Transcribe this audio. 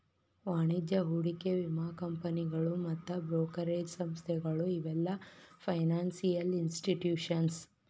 ವಾಣಿಜ್ಯ ಹೂಡಿಕೆ ವಿಮಾ ಕಂಪನಿಗಳು ಮತ್ತ್ ಬ್ರೋಕರೇಜ್ ಸಂಸ್ಥೆಗಳು ಇವೆಲ್ಲ ಫೈನಾನ್ಸಿಯಲ್ ಇನ್ಸ್ಟಿಟ್ಯೂಷನ್ಸ್